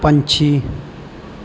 ਪੰਛੀ